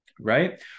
right